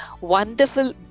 wonderful